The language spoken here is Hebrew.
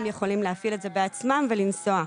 הם יכולים להפעיל את זה בעצמם ולנסוע.